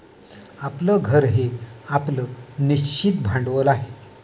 आपलं घर हे आपलं निश्चित भांडवल आहे